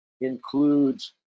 includes